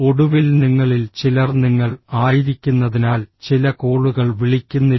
ഒടുവിൽ നിങ്ങളിൽ ചിലർ നിങ്ങൾ ആയിരിക്കുന്നതിനാൽ ചില കോളുകൾ വിളിക്കുന്നില്ല